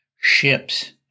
ships